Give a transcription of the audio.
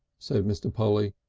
said mr. polly,